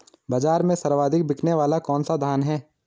बाज़ार में सर्वाधिक बिकने वाला कौनसा धान है?